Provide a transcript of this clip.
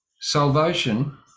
salvation